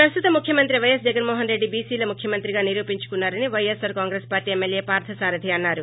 ప్రస్తుత ముఖ్యమంత్రి వైఎస్ జగన్మోహన్రెడ్డి బీసీల ముఖ్యమంత్రిగా నిరూపించుకున్నారని పైఎస్పార్ కాంగ్రెస్ పార్టి ఎమ్మెల్యే పార్థసారధి అన్నారు